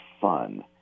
fun